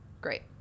Great